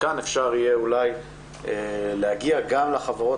כאן אפשר יהיה אולי להגיע גם לחברות